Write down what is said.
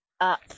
up